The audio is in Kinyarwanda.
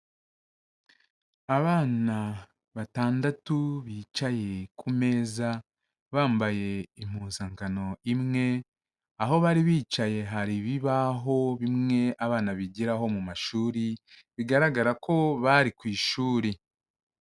Abana batandatu bicaye ku meza bambaye impuzangano imwe, aho bari bicaye hari ibibaho bimwe abana bigiraho mu mashuri bigaragara ko bari ku ishuri.